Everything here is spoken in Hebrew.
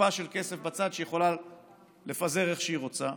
קופה של כסף בצד שהיא יכולה לפזר איך שהיא רוצה.